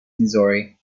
missouri